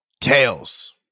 Tails